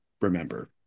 remember